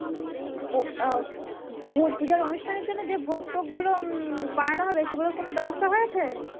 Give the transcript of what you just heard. যে পূজার অনুষ্ঠানের জন্য যে ভোগ টোগগুলো বানানো হবে সেগুলোর কোনো ব্যবস্থা হয়েছে